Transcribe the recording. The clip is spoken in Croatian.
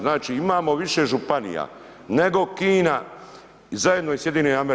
Znači imamo više županija nego Kina zajedno i SAD.